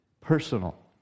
Personal